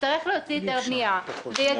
שיצטרך להוציא היתר בנייה ויגיע,